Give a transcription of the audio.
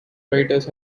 writers